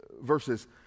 Verses